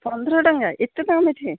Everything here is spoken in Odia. ପନ୍ଦର ଟଙ୍କା ଏତେ ଦାମ୍ ଅଛି